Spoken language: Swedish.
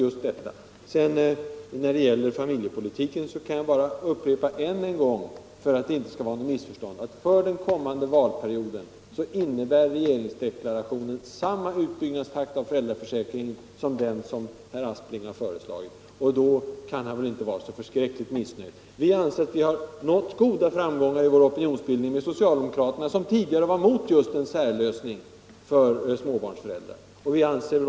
När det sedan gäller familjepolitiken kan jag bara upprepa ännu en gång, för att det inte skall vara några missförstånd, att för den kommande valperioden innebär regeringsdeklarationen samma utbyggnadstakt av föräldraförsäkringen som vad herr Aspling föreslagit. Då kan han väl inte vara så missnöjd. Vi anser att vi har nått goda framgångar i vår opinionsbildning med socialdemokraterna, som tidigare var emot en särlösning för småbarnsföräldrar.